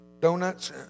donuts